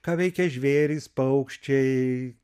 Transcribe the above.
ką veikia žvėrys paukščiai